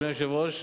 אדוני היושב-ראש,